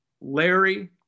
Larry